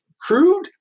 crude